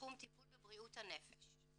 בתחום טיפול בבריאות הנפש.